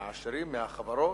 מהעשירים, מהחברות,